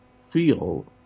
feel